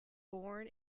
born